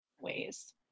ways